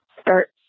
start